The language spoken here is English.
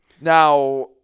Now